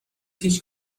هیچ